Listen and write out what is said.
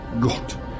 God